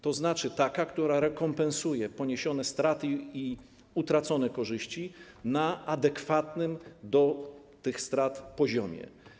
To znaczy taka, która rekompensuje poniesione straty i utracone korzyści na adekwatnym do tych strat poziomie.